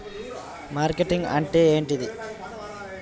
Marketing అంటే ఏంటిది?